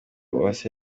uwase